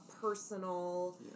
personal